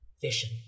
vision